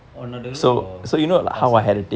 உன்னட:unnada room or outside